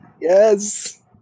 Yes